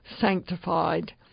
sanctified